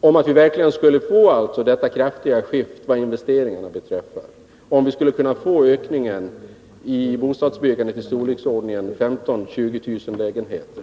dvs. om vi verkligen skulle få de nödvändiga kraftiga ökningarna av investeringarna och om vi skulle kunna få en ökning av bostadsbyggandet i storleksordningen 15 000-20 000 lägenheter.